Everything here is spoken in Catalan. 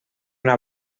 una